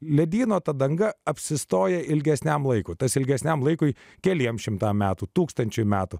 ledyno danga apsistoja ilgesniam laikui tas ilgesniam laikui keliems šimtam metų tūkstančiui metų